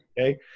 Okay